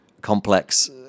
complex